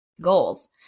goals